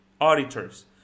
auditors